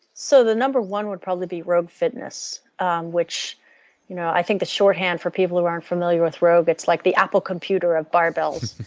so the number one would probably be rogue fitness um which you know i think the shorthand for people who aren't familiar with rogue, it's like the apple computer of barbell.